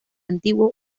antiguo